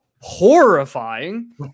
horrifying